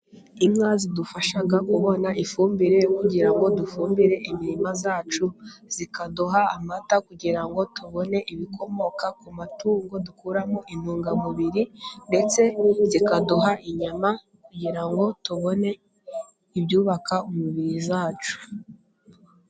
Inka zidufasha kubona ifumbire kugira ngo dufumbire imirima yacu, ikaduha amata kugira ngo tubone ibikomoka ku matungo. Dukuramo intungamubiri ndetse zikaduha inyama kugira ngo tubone ibyubaka umubiri wacu.